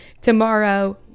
tomorrow